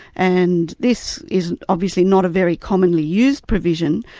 and this is obviously not a very commonly used provision,